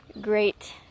great